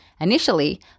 Initially